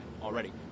already